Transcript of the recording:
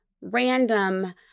random